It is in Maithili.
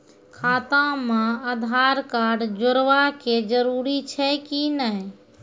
खाता म आधार कार्ड जोड़वा के जरूरी छै कि नैय?